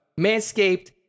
manscaped